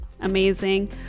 Amazing